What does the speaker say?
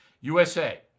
USA